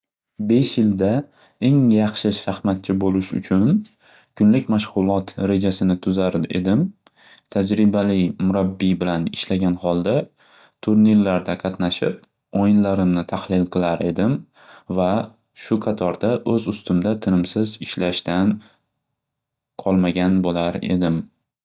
Besh yilda eng yaxshi shaxmatchi bo'lish uchun kunlik mashg'ulot rejasini tuzar edim. Tajribali murabbiy bilan ishlagan holda turnirlarda qatnashib oʻyinlarimni tahlil qilar edim va shu qatorda o'z ustida tinimsiz ishlashdan qolmagan bo'lar edim.